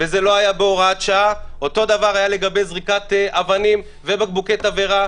וזה לא היה בהוראת שעה; אותו דבר היה לגבי זריקת אבנים ובקבוקי תבערה,